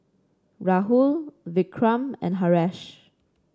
Rahul Vikram and Haresh